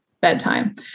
bedtime